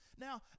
Now